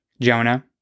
Jonah